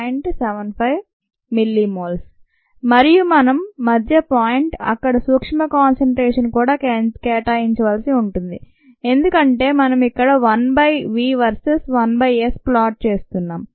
75 mM మరియు మనం మధ్య పాయింట్ అక్కడ సూక్ష్మ కాన్సంట్రేషన్ కూడా కేటాయించాల్సి ఉంటుంది ఎందుకంటే మనం ఇక్కడ 1 by v versus 1 by s plan చేస్తున్నాం